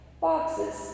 Boxes